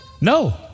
No